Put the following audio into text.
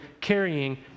carrying